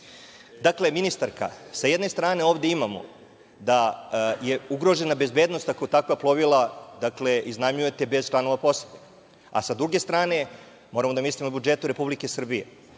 posadu. Dakle, ministarka, s jedne strane ovde imamo da je ugrožena bezbednost ako takva plovila iznajmljujete bez članova posade, a sa druge strane, moramo da mislimo o budžetu Republike Srbije.